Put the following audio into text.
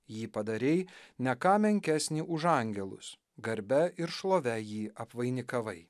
jį padarei ne ką menkesnį už angelus garbe ir šlove jį apvainikavai